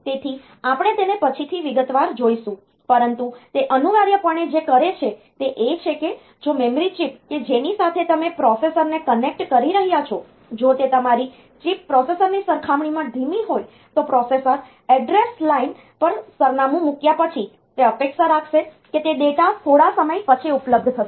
તેથી આપણે તેને પછીથી વિગતવાર જોઈશું પરંતુ તે અનિવાર્યપણે જે કરે છે તે એ છે કે જો મેમરી ચિપ કે જેની સાથે તમે પ્રોસેસરને કનેક્ટ કરી રહ્યાં છો જો તે મેમરી ચિપ પ્રોસેસરની સરખામણીમાં ધીમી હોય તો પ્રોસેસર એડ્રેસ લાઇન પર સરનામું મૂક્યા પછી તે અપેક્ષા રાખશે કે તે ડેટા થોડા સમય પછી ઉપલબ્ધ થશે